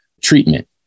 treatment